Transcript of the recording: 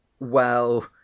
Well